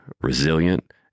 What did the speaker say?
resilient